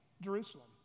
Jerusalem